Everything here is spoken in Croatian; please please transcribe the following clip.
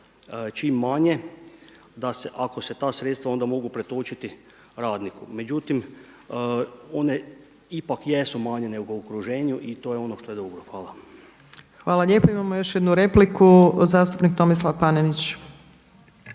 čim manje, ako se ta sredstva onda mogu pretočiti radniku. Međutim, one ipak jesu manje nego u okruženju i to je ono što je dobro. Hvala. **Opačić, Milanka (SDP)** Hvala vam lijepo. Imamo još jednu repliku, zastupnik Tomislav Panenić.